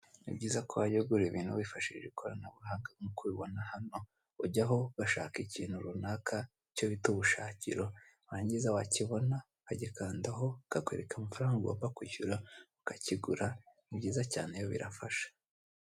Ni byiza ko wajya ugura ibintu wifashishije ikoranabuhanga, nk'uko ubibona hano ujyaho ugashaka ikintu runaka, icyo bita ubushakiro, warangiza wakibona ukagikandaho bakakwereka amafaranga ugomba kwishyura ukakigura, ni byiza cyane birafasha.